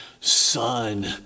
son